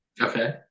Okay